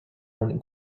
own